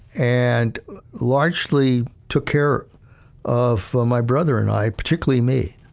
and largely took care of my brother and i particularly me,